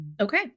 Okay